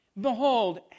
Behold